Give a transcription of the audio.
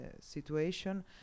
situation